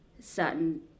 certain